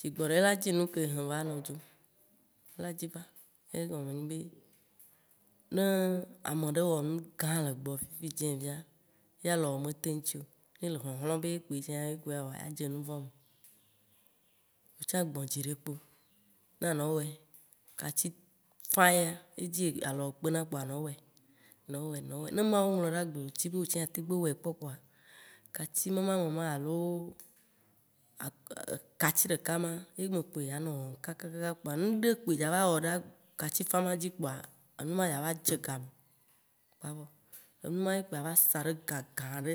Dzigbɔɖi la dzi nuke ehe va nɔ dzro, la dzi va egɔme ye be, ne ameɖe wɔ nu gã le gbɔwò fifidzĩ via, ya lɔwò me teŋ tui o ye ele hɔhlɔ̃ be ye kpo ye tsã ya wɔ, adze nu vɔ̃ me. Wò tsã gbɔ dzi ɖi kpo na nɔ woe, Kati fã yea, ye dzi alɔwò teŋ kpena kpoa, wò nɔ wɔe, nɔ wɔe, nɔ wɔe. Ne Mawu ŋkɔ ɖe agbewò be wò tsã ateŋ gbe wɔe kpɔ kpoa, Kati mama me ma alo kati ɖeka ma, ye me kpo edza nɔ wɔwɔm kakaka kpoa, ŋɖe kpo eya va wɔ ɖe kati fã ma dzi kpoa, enuma ya va dze ga me kpoa evɔ, enu ma ye kpoe ava sa ɖe ga gã ɖe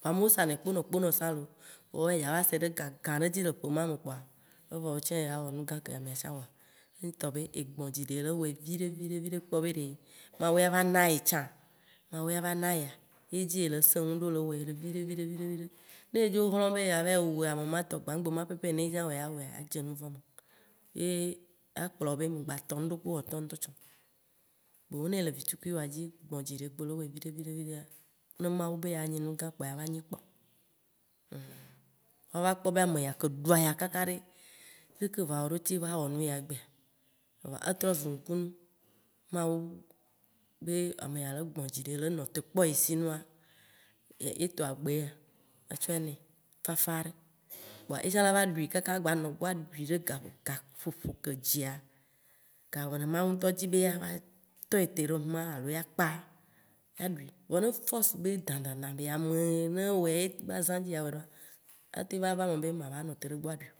vɔa, amewo sanɛ kponɔ kponɔ sã lo, vɔa wò ya eya va sɛ ɖe ga gã ɖe dzi, le ƒe ma me kpoa evɔ, wotsã ya wɔ nu gã ke amea tsã wɔa. Ne etɔ be egbɔ̃dziɖi le wɔe viɖe viɖe viɖe kpɔ be Mawu lava na yetsã. Mawu ya va na yea, ye dzi ele sẽ ŋu ɖo le wɔe, viɖe viɖe. viɖe. Ne edzo hlɔ̃ be yea va yi wɔe amematɔ, gbãgbema pɛpɛpɛ yi ye tsã wɔe yia awɔea, adze nu vɔ̃ me. Ye akplɔ wo be mgba tɔ ŋɖekpe wɔtɔ ŋtɔtsã o. Boŋ ne ele vitukui woa dzi, gbɔ̃dziɖe kpo le wɔe viɖe viɖe viɖea, ne Mawu, be ya nyi nu gã kpoa ya va nyi kpɔ.. Woava kpɔ be, ameya ke ɖua ya kaka ɖe, leke eva wɔ ɖo, ce va wɔ nuya egbea? Kpoa etrɔ zu nukunu. Mawu be ameya le gbɔ̃ dziɖi le kpɔ ye sinua, ye tɔa gbe ya tsɔe nɛ fafa ɖe. Kpoa yetsã lava ɖui kaka la gba nɔ egbɔ la ɖui ɖe gaƒoƒo ke dzia, gaƒoƒo ke ne Mawu ŋtɔ dzi be ya tɔete ɖe huma alo ya kpa yaɖui, vɔ ne force be dãdãdã ameyi ne wɔe ba zã dzi yea wɔe ɖoa, ateŋ va va me be, mava nɔ te ɖe gbɔ aɖui o